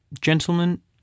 Gentlemen